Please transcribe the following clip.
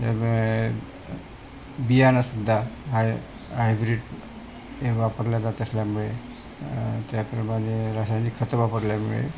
त्यामुळे बियाणंसुद्धा हाय हायब्रीड हे वापरल्या जात असल्यामुळे त्याप्रमाणे रासायनिक खतं वापरल्यामुळे